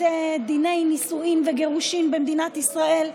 דיני נישואין וגירושין במדינת ישראל.